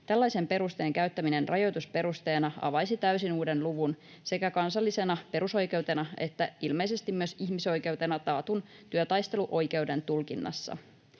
Tällaisen perusteen käyttäminen rajoitusperusteena avaisi täysin uuden luvun sekä kansallisena perusoikeutena että ilmeisesti myös ihmisoikeutena taatun työtaisteluoikeuden tulkinnassa.